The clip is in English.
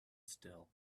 still